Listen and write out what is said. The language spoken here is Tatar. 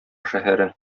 шәһәре